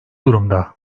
durumda